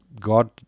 God